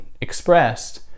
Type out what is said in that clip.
expressed